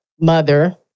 mother